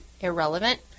irrelevant